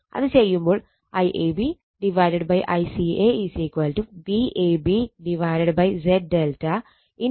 അത് ചെയ്യുമ്പോൾ IAB ICA Vab Z ∆× Z ∆ CA